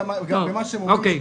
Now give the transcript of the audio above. גם מה שהם אומרים